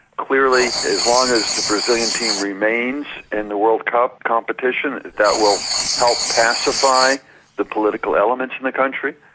clearly as long as the brazilian team remains in the world cup competition, that will help pacify the political elements in the country.